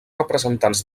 representants